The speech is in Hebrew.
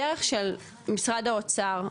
הדרך של משרד האוצר,